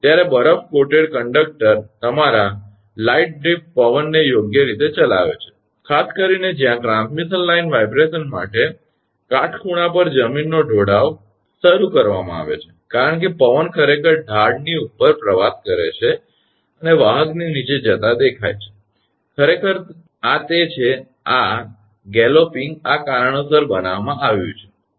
જ્યારે બરફ coated conductor તમારા લાઇટ ડ્રિફ્ટ પવનને યોગ્ય રીતે ચલાવે છે ખાસ કરીને જ્યાં ટ્રાન્સમિશન લાઇન વાઇબ્રેશન માટે કાટખૂણા પર જમીનનો ઢોળાવ શરૂ કરવામાં આવે છે કારણ કે પવન ખરેખર ઢાળની ઉપર પ્રવાસ કરે છે અને વાહકની નીચે જતા દેખાય છે ખરેખર આ તે છે આ ઝપાટાબંધ આ કારણોસર બનાવવામાં આવ્યું છે ખરુ ને